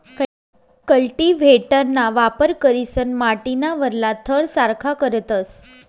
कल्टीव्हेटरना वापर करीसन माटीना वरला थर सारखा करतस